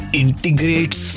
integrates